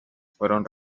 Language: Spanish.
fueron